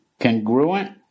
Congruent